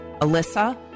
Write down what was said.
Alyssa